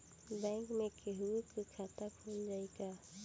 Bank में केहूओ के खाता खुल जाई का?